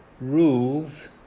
rules